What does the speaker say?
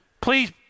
Please